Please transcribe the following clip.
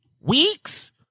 week's